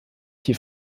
die